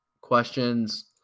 Questions